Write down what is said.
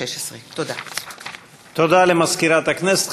תודה למזכירת הכנסת.